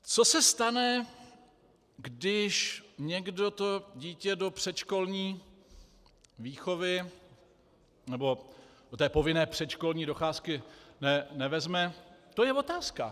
Co se stane, když někdo to dítě do předškolní výchovy nebo povinné předškolní docházky nevezme, to je otázka.